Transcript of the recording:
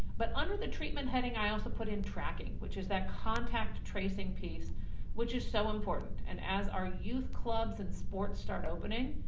but under the treatment heading i also put in tracking, which is that contact tracing piece which is so important and as our youth clubs and sports start opening,